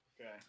Okay